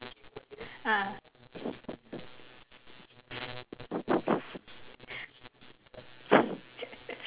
ah